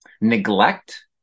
neglect